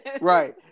right